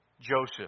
Joseph